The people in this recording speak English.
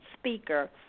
speaker